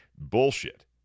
Bullshit